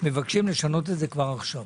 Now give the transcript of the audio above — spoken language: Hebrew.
מבקשים לשנות את זה כבר עכשיו.